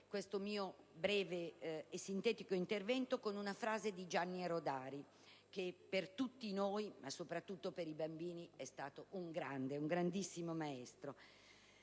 Grazie